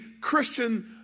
Christian